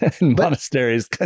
Monasteries